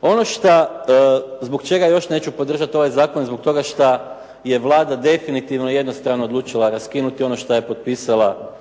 Ono šta, zbog čega još neću podržati ovaj zakon, zbog toga šta je Vlada definitivno jednostrano odlučila raskinuti ono šta je potpisala